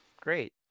Great